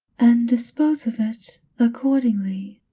and dispose of it accordingly.